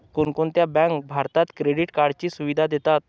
कोणकोणत्या बँका भारतात क्रेडिट कार्डची सुविधा देतात?